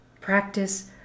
Practice